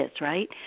right